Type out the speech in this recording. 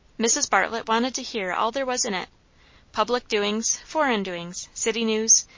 mrs. bartlett wanted to hear all there was in it public doings, foreign doings, city news,